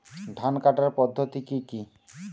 ধান কাটার পদ্ধতি কি কি?